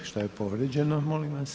Što je povrijeđeno molim vas?